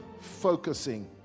focusing